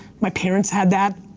my parents had that.